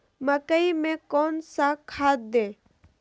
मकई में कौन सा खाद दे?